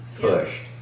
pushed